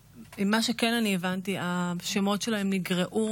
למגינת ליבם של האנשים שיושבים באופוזיציה,